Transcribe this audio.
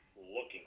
looking